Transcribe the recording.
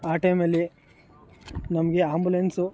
ಆ ಟೈಮಲ್ಲಿ ನಮಗೆ ಆಂಬುಲೆನ್ಸು